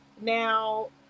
now